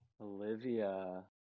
Olivia